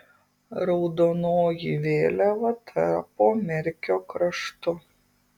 raudonoji vėliava tapo merkio kraštu